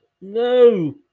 No